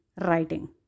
writing